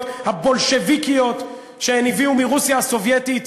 הבולשביקיות שהם הביאו מרוסיה הסובייטית